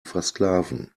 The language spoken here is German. versklaven